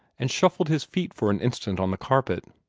and shuffled his feet for an instant on the carpet.